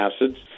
acids